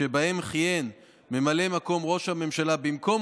שבהם כיהן ממלא מקום ראש הממשלה במקום